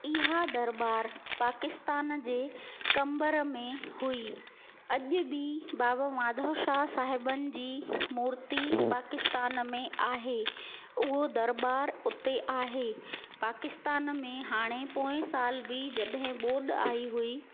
इहा दरबार पाकिस्तान जे कंबर में हुई अॼु बि बाबा माधव शाह साहिबनि जी मूर्ति पाकिस्तान में आहे उहो दरबार उते आहे पाकिस्तान में हाणे पोइ साल बि जॾहिं ॿोॾि आई हुई